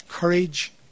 courage